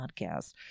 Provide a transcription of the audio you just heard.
podcast